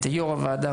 את יו״ר הוועדה,